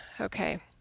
Okay